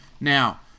Now